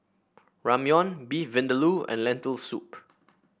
Ramyeon Beef Vindaloo and Lentil Soup